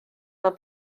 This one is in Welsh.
fel